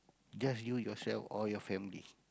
just you yourself or your family